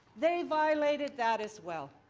they violated that as well.